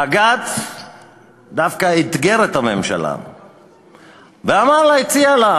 בג"ץ דווקא אתגר את הממשלה והציע לה,